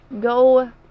Go